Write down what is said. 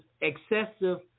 excessive